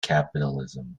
capitalism